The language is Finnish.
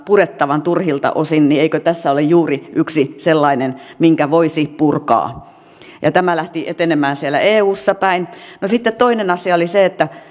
purettavan turhilta osin niin eikö tässä ole juuri yksi sellainen minkä voisi purkaa ja tämä lähti etenemään siellä eussa päin no sitten toinen asia oli se että